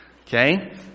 Okay